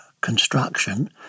construction